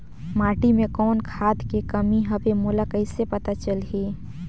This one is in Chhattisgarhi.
माटी मे कौन खाद के कमी हवे मोला कइसे पता चलही?